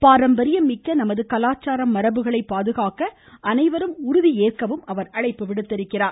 பாரம்பரியமிக்க நமது கலாச்சாரம் மரபுகளை பாதுகாக்க அனைவரும் உறுதியேற்க அவர் அழைப்பு விடுத்தார்